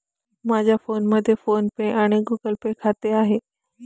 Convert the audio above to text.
माझ्या फोनमध्ये PhonePe आणि गुगल पे खाते आहे